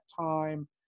time